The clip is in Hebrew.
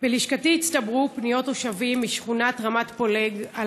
בלשכתי הצטברו תלונות תושבים משכונת רמת פולג על